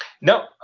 No